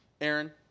Aaron